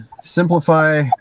simplify